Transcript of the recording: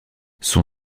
son